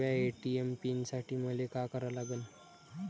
नव्या ATM pin साठी मले का करा लागन?